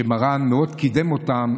שמרן מאוד קידם אותם,